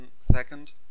second